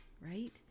right